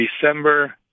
December